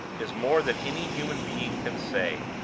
is more than any human being can say.